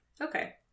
Okay